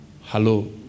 Hello